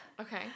Okay